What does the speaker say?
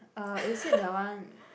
uh is it the one